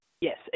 Yes